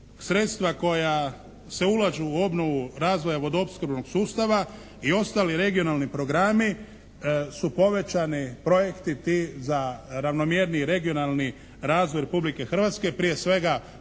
sredstva koja se ulažu u obnovu razvoja vodoopskrbnog sustava i ostali regionalni programi su povećani projekti ti za ravnomjerniji i regionalni razvoj Republike Hrvatske, prije svega hrvatskih